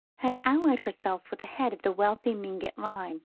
had allied herself with the head of the wealthy mingott line,